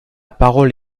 parole